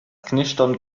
knistern